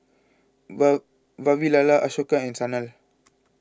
wow Vavilala Ashoka and Sanal